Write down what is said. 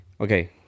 okay